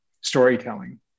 storytelling